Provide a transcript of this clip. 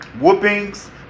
Whoopings